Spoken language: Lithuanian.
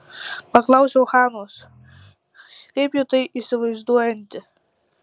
paklausiau hanos kaip ji tai įsivaizduojanti